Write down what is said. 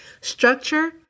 structure